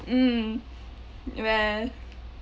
mm well